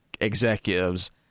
executives